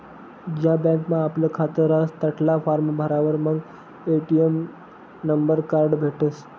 ज्या बँकमा आपलं खातं रहास तठला फार्म भरावर मंग ए.टी.एम नं कार्ड भेटसं